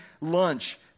lunch